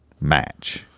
match